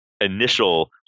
initial